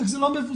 רק זה לא מבוצע.